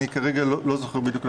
אני כרגע לא זוכר בדיוק.